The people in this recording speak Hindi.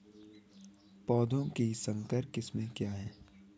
पौधों की संकर किस्में क्या क्या हैं?